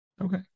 Okay